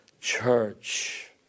church